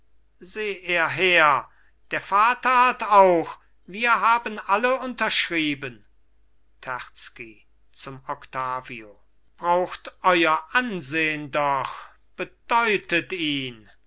seh er her der vater hat auch wir haben alle unterschrieben terzky zum octavio braucht euer ansehn doch bedeutet ihn